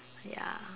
ya